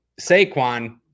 Saquon